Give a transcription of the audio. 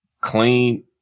Clean